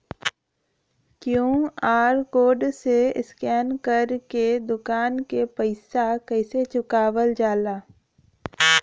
QR code से scan कर के दुकान के पैसा कैसे चुकावल जाला?